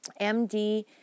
MD